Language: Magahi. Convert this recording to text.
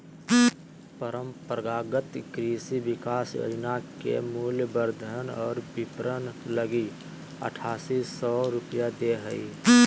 परम्परागत कृषि विकास योजना के मूल्यवर्धन और विपरण लगी आठासी सौ रूपया दे हइ